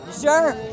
Sure